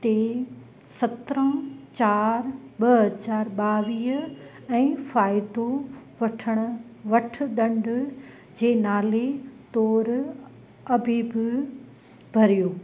ते सतिरहं चार ॿ हज़ार ॿावीह ऐं फ़ाइदो वठणु वठु ॾंढु जे नाले तोर अबीबु भरियो